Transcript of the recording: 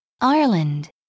Ireland